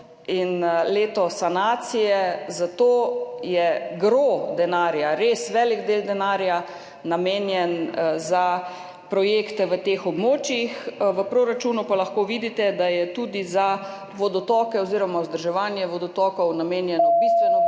in leto sanacij, zato je gros denarja, res velik del denarja namenjen za projekte v teh območjih. V proračunu pa lahko vidite, da je tudi za vodotoke oziroma za vzdrževanje vodotokov namenjenega bistveno